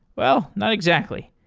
well, not exactly.